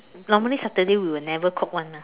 normally Saturday we will never cook [one] ah